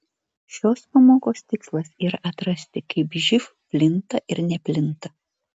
šios pamokos tikslas yra atrasti kaip živ plinta ir neplinta